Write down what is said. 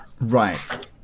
Right